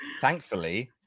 thankfully